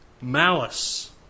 malice